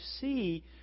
see